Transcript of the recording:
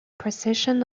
precession